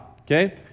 okay